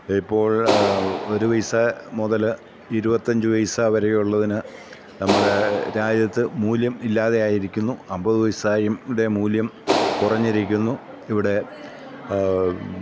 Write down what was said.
ഇപ്പോൾ ഒരു പൈസ മുതല് ഇരുപത്തിയഞ്ച് പൈസ വരെയുള്ളതിന് നമ്മുടെ രാജ്യത്ത് മൂല്യമില്ലാതായിരിക്കുന്നു അമ്പത് പൈസയുടെ മൂല്യം കുറഞ്ഞിരിക്കുന്നു ഇവിടെ